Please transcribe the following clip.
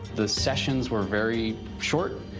the sessions were very short.